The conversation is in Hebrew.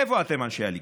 איפה אתם, אנשי הליכוד?